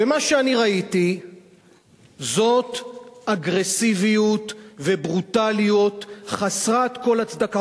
מה שאני ראיתי זאת אגרסיביות וברוטליות חסרות כל הצדקה.